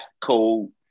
cold